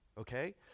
okay